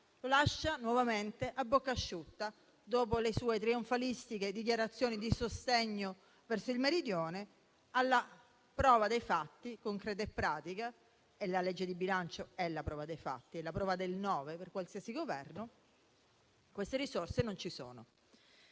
lo lascia nuovamente a bocca asciutta; dopo le sue trionfalistiche dichiarazioni di sostegno verso il meridione, alla prova dei fatti concreta e pratica (e la legge di bilancio è la prova dei fatti per qualsiasi Governo) queste risorse non ci sono.